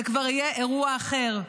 זה כבר יהיה אירוע אחר,